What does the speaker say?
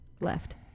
left